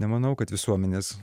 nemanau kad visuomenės